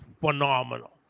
phenomenal